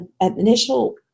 initial